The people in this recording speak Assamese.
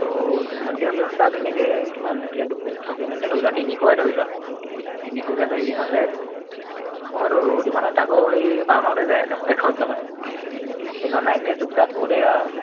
ত' সিমানকৈ হ'লেও তাৰ ধুনীয়াকৈ কিমান এইফালে দুশ পঁচাশী মানে ধৰি লোৱা তিনিশই ধৰি লোৱা তিনিশকৈ চাৰিদিন হ'লে অঁতো দুঘন্টা তাকো হেৰি পাল মাৰোতেই যায় দেখোন এঘণ্টামান এঘণ্টা এনেই চোক চাক কৰোতেই আৰু